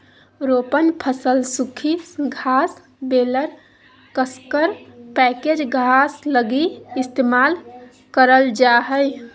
रोपण फसल सूखी घास बेलर कसकर पैकेज घास लगी इस्तेमाल करल जा हइ